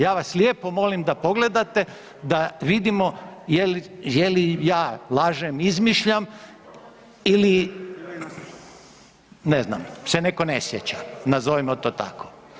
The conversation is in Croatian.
Ja vas lijepo molim da pogledate, da vidimo je li, je li ja lažem, izmišljam ili, ne znam, se netko ne sjeća, nazovimo to tako.